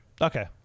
Okay